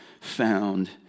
found